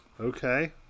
Okay